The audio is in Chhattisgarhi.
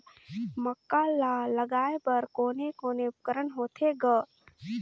मक्का ला लगाय बर कोने कोने उपकरण होथे ग?